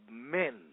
men